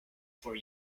for